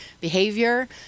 behavior